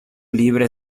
libre